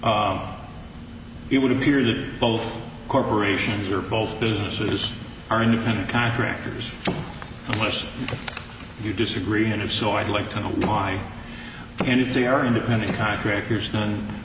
bleach it would appear that both corporations or both businesses are independent contractors and once you disagree and if so i'd like to know mine and if they are independent contractors none